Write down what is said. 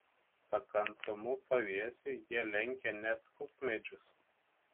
pakantumu pavėsiui jie lenkia net kukmedžius